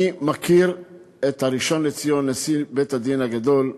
אני מכיר את הראשון לציון, נשיא בית-הדין הגדול,